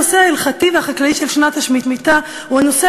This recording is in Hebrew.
הנושא ההלכתי והחקלאי של שנת השמיטה הוא הנושא